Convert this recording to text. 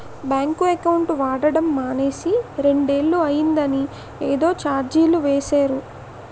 bank account వాడడం మానేసి రెండేళ్ళు అయిందని ఏదో చార్జీలు వేసేరు